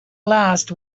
last